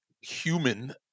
human